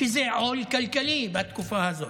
שזה עול כלכלי בתקופה הזאת.